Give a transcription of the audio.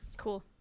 cool